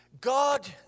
God